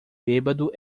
bêbado